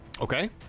Okay